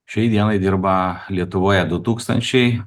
šiai dienai dirba lietuvoje du tūkstančiai